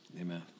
Amen